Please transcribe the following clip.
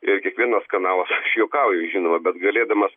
ir kiekvienas kanalas aš juokauju žinoma bet galėdamas